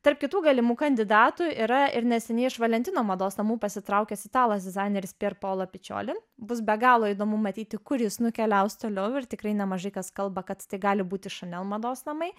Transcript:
tarp kitų galimų kandidatų yra ir neseniai iš valentino mados namų pasitraukęs italas dizaineris pierpaolo piccioli bus be galo įdomu matyti kur jis nukeliaus toliau ir tikrai nemažai kas kalba kad tai gali būti chanel mados namai